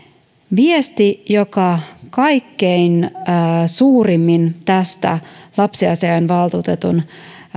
viesti joka kaikkein suurimmin tästä lapsiasiainvaltuutetun